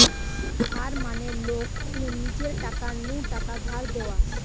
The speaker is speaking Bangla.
ধার মানে লোক কু নিজের টাকা নু টাকা ধার দেওয়া